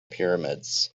pyramids